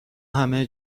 همه